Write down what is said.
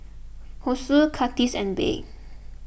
Hessie Kurtis and Bea